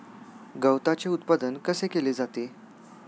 गवताचे उत्पादन कसे केले जाते?